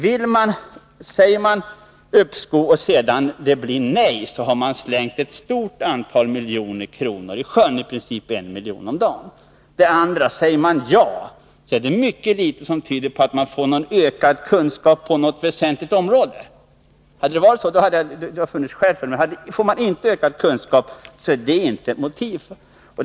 Beslutar vi nu om uppskov och det sedan blir nej, då har man slängt ett stort antal miljoner i sjön — ungefär en miljon om dagen. Blir det ett beslut om uppskov och därefter ett ja är det mycket litet som talar för att vi skulle få nya kunskaper på något väsentligt område. En utveckling av Rockwellvingen är inte heller något argument för uppskov.